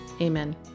Amen